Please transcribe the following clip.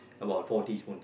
about four tesaspoons